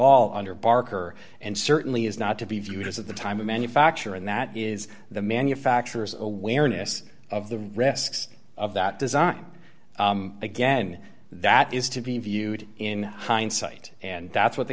all under barker and certainly is not to be viewed as at the time of manufacture and that is the manufacturer's awareness of the risks of that design again that is to be viewed in hindsight and that's what the